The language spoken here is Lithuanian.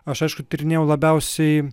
aš aišku tyrinėjau labiausiai